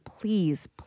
please